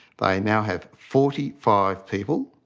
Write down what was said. they now have forty five people.